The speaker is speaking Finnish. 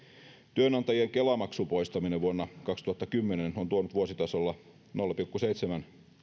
työnantajien kela maksun poistaminen vuonna kaksituhattakymmenen on tuonut vuositasolla nolla pilkku seitsemän